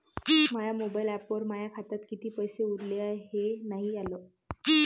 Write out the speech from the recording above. माया mobile ॲपवर माया खात्यात किती पैसे उरले हाय हे नाही आलं